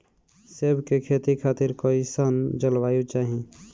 सेब के खेती खातिर कइसन जलवायु चाही?